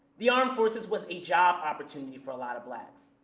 the armed forces was a job opportunity for a lot of blacks.